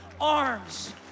arms